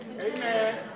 Amen